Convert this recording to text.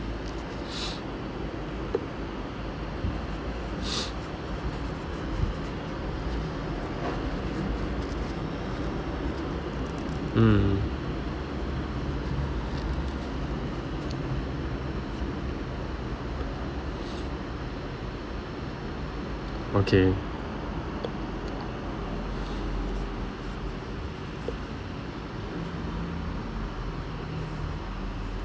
mm okay